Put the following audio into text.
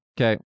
Okay